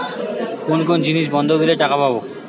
কোন কোন জিনিস বন্ধক দিলে টাকা পাব?